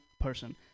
person